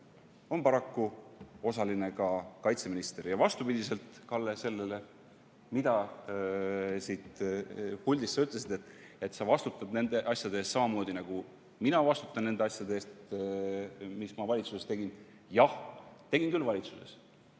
paraku osaline ka kaitseminister. Ja vastupidi, Kalle, sellele, mida sa siit puldist ütlesid, sa vastutad nende asjade eest samamoodi, nagu mina vastutan nende asjade eest, mis mina valitsuses tegin. Jah, tegin küll valitsuses.